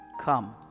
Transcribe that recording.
Come